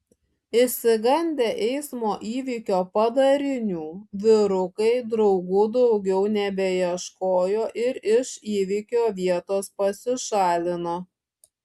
išsigandę eismo įvykio padarinių vyrukai draugų daugiau nebeieškojo ir iš įvykio vietos pasišalino